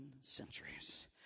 centuries